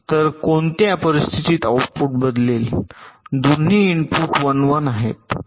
तर कोणत्या परिस्थितीत आउटपुट बदलेल दोन्ही इनपुट 1 १ आहेत